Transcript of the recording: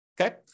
Okay